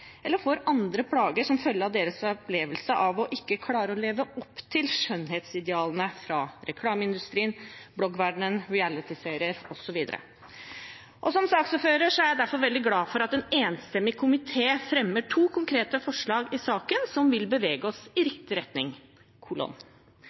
eller får andre plager som følge av sin opplevelse av ikke å klare å leve opp til skjønnhetsidealene fra reklameindustrien, bloggverdenen, realityserier osv. Som saksordfører er jeg derfor veldig glad for at en enstemmig komité fremmer to konkrete forslag i saken som vil bevege oss i